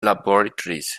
laboratories